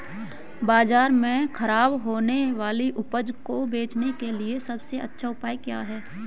बाजार में खराब होने वाली उपज को बेचने के लिए सबसे अच्छा उपाय क्या है?